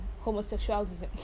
Homosexuality